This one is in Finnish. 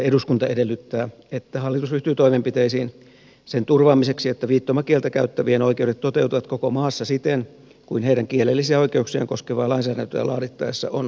eduskunta edellyttää että hallitus ryhtyy toimenpiteisiin sen turvaamiseksi että viittomakieltä käyttävien oikeudet toteutuvat koko maassa siten kuin heidän kielellisiä oikeuksiaan koskevaa lainsäädäntöä laadittaessa on tarkoitettu